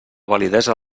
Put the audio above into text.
validesa